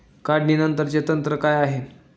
काढणीनंतरचे तंत्र काय आहे?